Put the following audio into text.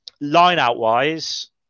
Line-out-wise